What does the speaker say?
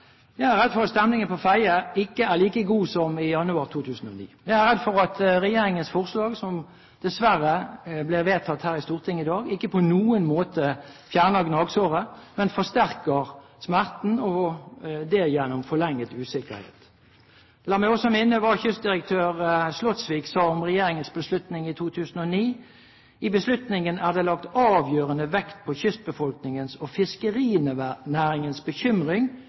Jeg er redd for at stemningen på Fedje ikke er like god som i januar 2009. Jeg er redd for at regjeringens forslag, som dessverre blir vedtatt her i Stortinget i dag, ikke på noen måte fjerner gnagsåret, men forsterker smerten gjennom forlenget usikkerhet. La meg også minne om hva kystdirektør Slotsvik sa om regjeringens beslutning i 2009: «I beslutningen er det lagt avgjørende vekt på kystbefolkningens og fiskerinæringens bekymring